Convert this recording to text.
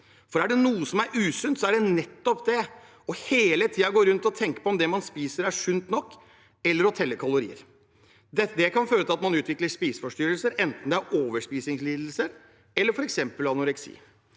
seg. Er det noe som er usunt, er det hele tiden å gå rundt og tenke på om det man spiser, er sunt nok, eller å telle kalorier. Det kan føre til at man utvikler spiseforstyrrelser, enten det er en overspisingslidelse eller f.eks. anoreksi.